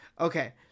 Okay